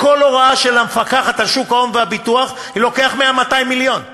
בכל הוראה של המפקחת על שוק ההון והביטוח היא לוקחת 100 200 מיליון.